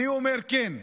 אני אומר כן,